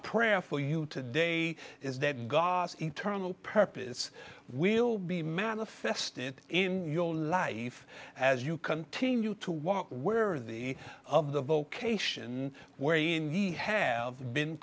prayer for you today is that god's eternal purpose will be manifested in your life as you continue to walk where the of the vocation where he have been